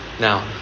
Now